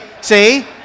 See